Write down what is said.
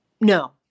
No